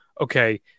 okay